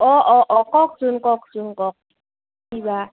অঁ অঁ অঁ কওকচোন কওকচোন কওঁক কি বা